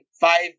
five